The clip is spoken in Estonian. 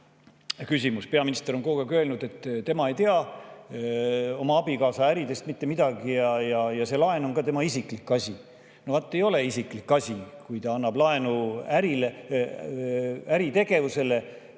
laen. Peaminister on kogu aeg öelnud, et tema ei tea oma abikaasa äridest mitte midagi ja see laen on ka tema isiklik asi. No vaat ei ole isiklik asi, kui ta annab laenu ärile,